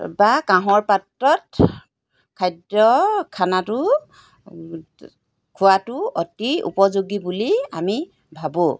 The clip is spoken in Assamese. বা কাঁহৰ পাত্ৰত খাদ্য খানাটো খোৱাটো অতি উপযোগী বুলি আমি ভাবোঁ